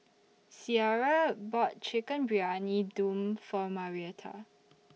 Ciera bought Chicken Briyani Dum For Marietta